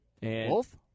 Wolf